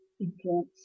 influence